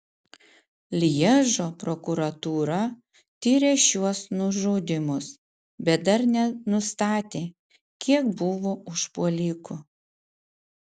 lježo prokuratūra tiria šiuos nužudymus bet dar nenustatė kiek buvo užpuolikų